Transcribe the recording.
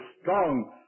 strong